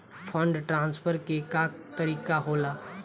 Fund transfer के का तरीका होला?